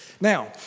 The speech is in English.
Now